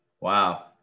Wow